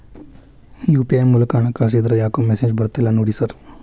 UPI ಮೂಲಕ ಹಣ ಕಳಿಸಿದ್ರ ಯಾಕೋ ಮೆಸೇಜ್ ಬರ್ತಿಲ್ಲ ನೋಡಿ ಸರ್?